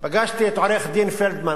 את עורך-דין פלדמן.